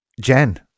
Jen